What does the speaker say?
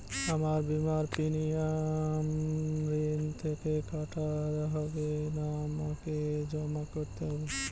আমার বিমার প্রিমিয়াম ঋণ থেকে কাটা হবে না আমাকে জমা করতে হবে?